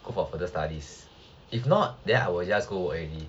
go for further studies if not then I will just go work already